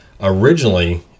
originally